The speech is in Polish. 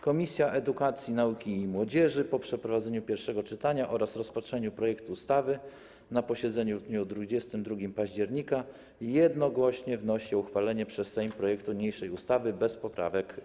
Komisja Edukacji, Nauki i Młodzieży po przeprowadzeniu pierwszego czytania oraz rozpatrzeniu projektu ustawy na posiedzeniu w dniu 22 października jednogłośnie wnosi o uchwalenie przez Sejm projektu niniejszej ustawy bez poprawek.